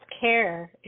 care